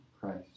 Christ